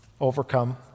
overcome